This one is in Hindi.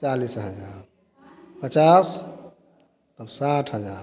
चालीस हज़ार पचास तब साठ हज़ार